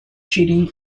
cheating